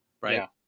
right